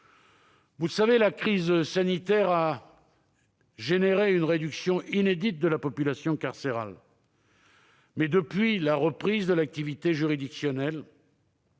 Vous le savez, la crise sanitaire a entraîné une réduction inédite de la population carcérale. Mais, depuis la reprise de l'activité juridictionnelle,